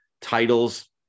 titles